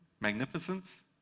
Magnificence